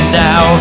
now